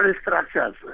structures